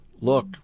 look